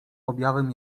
objawem